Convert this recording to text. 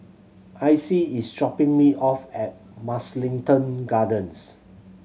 Icey is dropping me off at Mugliston Gardens